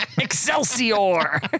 Excelsior